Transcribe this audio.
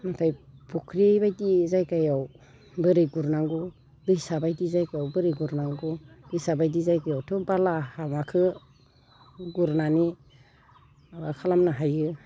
ओमफ्राय फख्रि बायदि जायगायाव बोरै गुरनांगौ दैसा बायदि जायगायाव बोरै गुरनांगौ दैसा बायदि जायगायावथ' बालाहामाखौ गुरनानै माबा खालामनो हायो